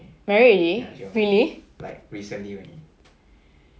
married already really